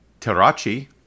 Terachi